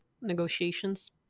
negotiations